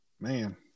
Man